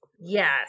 Yes